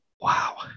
Wow